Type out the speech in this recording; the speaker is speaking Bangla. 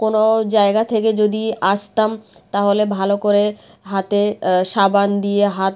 কোনো জায়গা থেকে যদি আসতাম তাহলে ভালো করে হাতে সাবান দিয়ে হাত